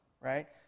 right